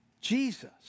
Jesus